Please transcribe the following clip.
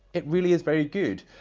it really is very good.